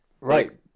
Right